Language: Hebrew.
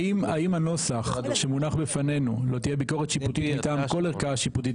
האם הנוסח שמונח בפנינו לא תהיה ביקורת שיפוטית מטעם כל ערכאה שיפוטית,